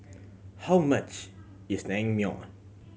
how much is Naengmyeon